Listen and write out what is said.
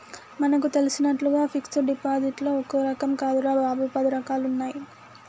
మనకు తెలిసినట్లుగా ఫిక్సడ్ డిపాజిట్లో ఒక్క రకం కాదురా బాబూ, పది రకాలుగా ఉన్నాయి